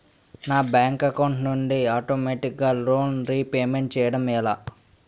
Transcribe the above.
నా bank account నుండి ఆటోమేటిగ్గా లోన్ రీపేమెంట్ చేయడం ఎలా?